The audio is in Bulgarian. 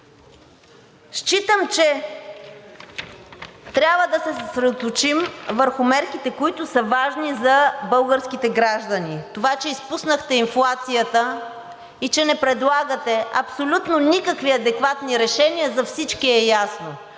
Считам, че трябва да се съсредоточим върху мерките, които са важни за българските граждани. Това, че изпуснахте инфлацията и че не предлагате абсолютно никакви адекватни решения, за всички е ясно.